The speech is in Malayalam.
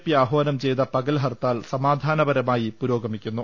പി ആഹാനം ചെയ്ത പകൽ ഹർത്താൽ സമാധനാപരമായി പുരോഗമിക്കുന്നു